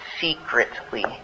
secretly